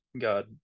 God